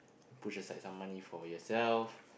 push aside some money for yourself